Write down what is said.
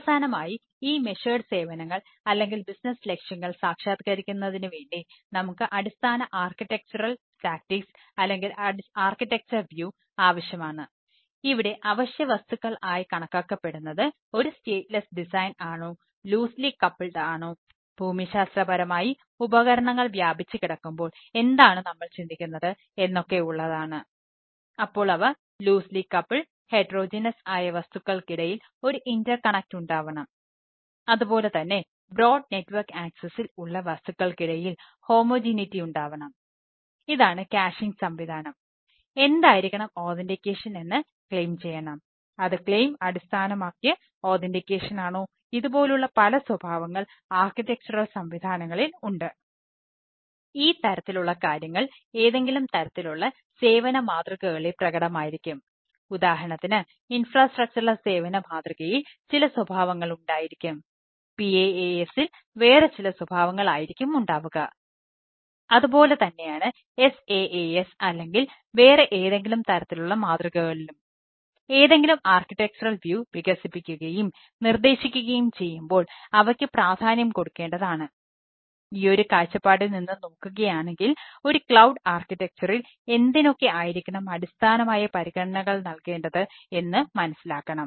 അവസാനമായി ഈ മെഷേർഡ് സംവിധാനങ്ങളിൽ ഉണ്ട് ഈ തരത്തിലുള്ള കാര്യങ്ങൾ ഏതെങ്കിലും തരത്തിലുള്ള സേവന മാതൃകകളിൽ പ്രകടമായിരിക്കും ഉദാഹരണത്തിന് ഇൻഫ്രാസ്ട്രക്ചറൽ എന്തിനൊക്കെ ആയിരിക്കണം അടിസ്ഥാനമായ പരിഗണനകൾ നൽകേണ്ടത് എന്ന് മനസ്സിലാക്കണം